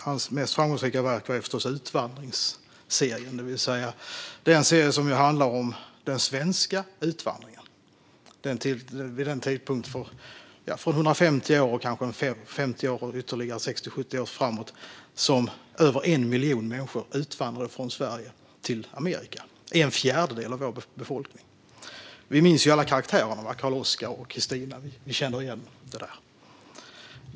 Hans mest framgångsrika verk var förstås serien om utvandrarna, det vill säga den serie som handlar om den svenska utvandringen för kanske 150 år sedan och ytterligare 60-70 år framåt. Då utvandrade över 1 miljon människor från Sverige till Amerika - en fjärdedel av vår befolkning. Vi minns alla karaktärerna Karl-Oskar och Kristina. Vi känner igen det där.